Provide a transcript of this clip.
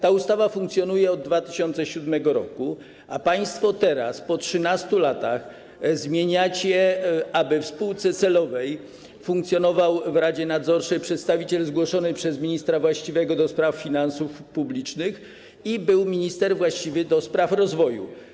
Ta ustawa funkcjonuje od 2007 r., a państwo teraz, po 13 latach zmieniacie, aby w spółce celowej funkcjonował w radzie nadzorczej przedstawiciel zgłoszony przez ministra właściwego do spraw finansów publicznych i był minister właściwy do spraw rozwoju.